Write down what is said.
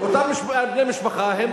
אותם בני משפחה,